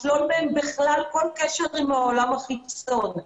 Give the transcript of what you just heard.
לשלול מהם בכלל כל קשר עם העולם החיצון.